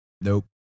nope